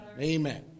Amen